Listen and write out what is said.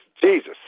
Jesus